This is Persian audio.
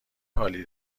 حالی